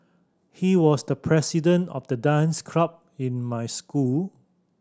he was the president of the dance club in my school